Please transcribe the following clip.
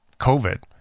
COVID